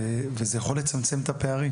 זה יכול לצמצם את הפערים